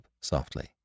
softly